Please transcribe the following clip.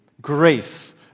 Grace